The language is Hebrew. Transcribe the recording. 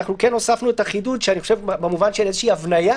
אנחנו כן הוספנו חידוד במובן של הבניה